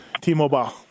T-Mobile